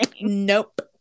Nope